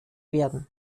werden